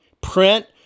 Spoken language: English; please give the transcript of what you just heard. print